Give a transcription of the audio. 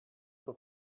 pro